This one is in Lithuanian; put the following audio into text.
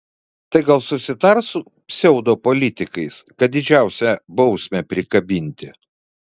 tai gal susitars su pseudopolitikais kad didžiausią bausmę prikabinti